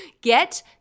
Get